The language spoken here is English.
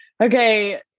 okay